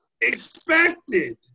Expected